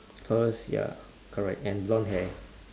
purse ya correct and blonde hair